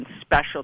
special